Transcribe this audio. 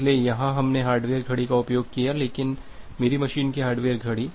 इसलिए यहां हमने हार्डवेयर घड़ी का उपयोग किया लेकिन मेरी मशीन की हार्डवेयर घड़ी